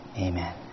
amen